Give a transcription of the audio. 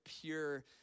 pure